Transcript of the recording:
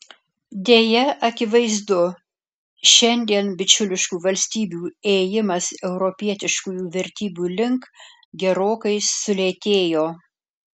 deja akivaizdu šiandien bičiuliškų valstybių ėjimas europietiškųjų vertybių link gerokai sulėtėjo